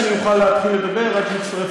אדוני מניח שאני אוכל להתחיל לדבר עד שיצטרף